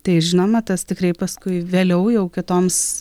tai žinoma tas tikrai paskui vėliau jau kitoms